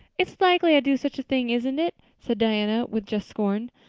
it's likely i'd do such a thing, isn't it? said diana with just scorn.